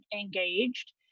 engaged